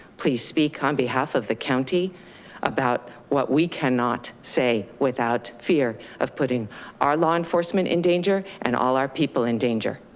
please speak on behalf of the county about what we cannot say without fear of putting our law enforcement in danger and all our people in danger.